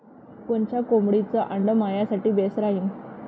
कोनच्या कोंबडीचं आंडे मायासाठी बेस राहीन?